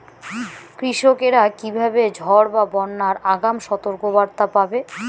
কৃষকেরা কীভাবে ঝড় বা বন্যার আগাম সতর্ক বার্তা পাবে?